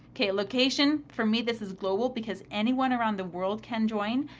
okay, location, for me, this is global because anyone around the world can join.